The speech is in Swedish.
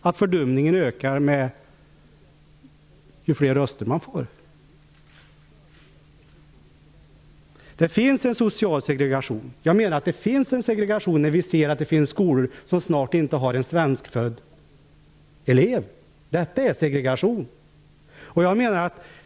om fördumningen ökar med antalet fler röster som man får. Det finns en social segregation. Det finns skolor som snart inte har en svenskfödd elev. Detta är segregation.